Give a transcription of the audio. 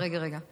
רגע, רגע, רגע.